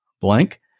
blank